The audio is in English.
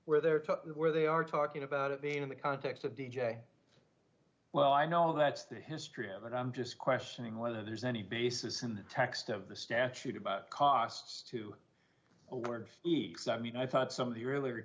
where they are to where they are talking about it being in the context of d j well i know that's the history of it i'm just questioning whether there's any basis in the text of the statute about costs to award effects i mean i thought some of the earlier